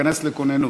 להיכנס לכוננות.